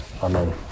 Amen